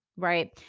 right